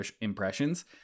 impressions